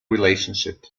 relationship